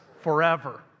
forever